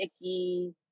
icky